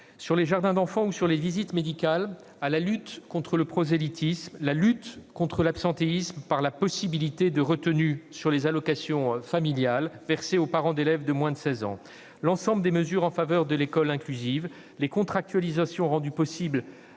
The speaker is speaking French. sur les jardins d'enfants ou sur les visites médicales, à la lutte contre le prosélytisme, à la lutte contre l'absentéisme par la possibilité de retenues sur les allocations familiales versées aux parents d'élèves de moins de 16 ans, à l'ensemble des mesures en faveur de l'école inclusive, aux contractualisations rendues possibles